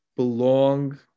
Belong